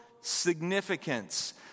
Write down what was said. significance